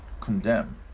condemn